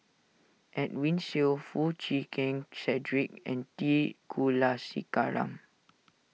Edwin Siew Foo Chee Keng Cedric and T Kulasekaram